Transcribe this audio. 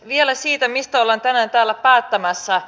vielä siitä mistä ollaan tänään täällä päättämässä